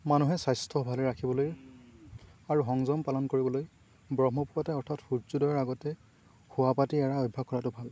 মানুহে স্বাস্থ্য ভালে ৰাখিবলৈ আৰু সংযম পালন কৰিবলৈ ব্ৰহ্মপুৱাতে অৰ্থাৎ সূৰ্যোদয়ৰ আগতে শোৱাপাতি এৰা অভ্যাস কৰাটো ভাল